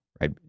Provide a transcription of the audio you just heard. right